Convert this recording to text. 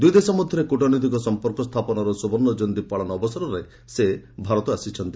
ଦୂଇ ଦେଶ ମଧ୍ୟରେ କ୍ୱଟନୈତିକ ସମ୍ପର୍କ ସ୍ଥାପନର ସୁବର୍ଣ୍ଣଜୟନ୍ତୀ ପାଳନ ଅବସରରେ ସେ ଭାରତ ଆସିଛନ୍ତି